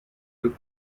took